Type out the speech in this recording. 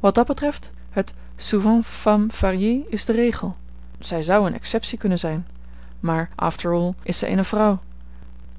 wat dat betreft het souvent femme varie is de regel zij zou eene exceptie kunnen zijn maar after all is zij eene vrouw